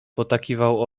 potakiwał